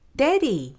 daddy